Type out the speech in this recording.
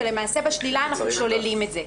ולמעשה בשלילה אנחנו שוללים את זה.